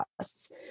costs